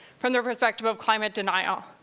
from their perspective of climate denial.